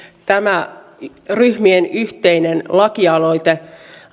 tämä ryhmien yhteinen lakialoite